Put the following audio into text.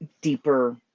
deeper